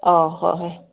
ꯑꯣ ꯍꯣꯏ ꯍꯣꯏ